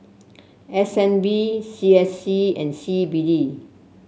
S N B C S C and C B D